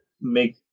make